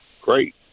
great